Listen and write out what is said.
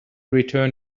return